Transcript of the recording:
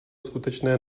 skutečné